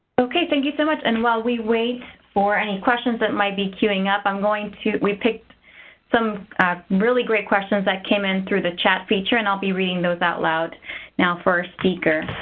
okay. thank you so much. and while we wait for any questions that might be queuing up, i'm going to we picked some really great questions that came in through the chat feature, and i'll be reading those out loud now for our speaker.